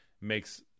makes